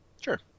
sure